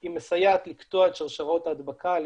היא מסייעת לקטוע את שרשראות ההדבקה על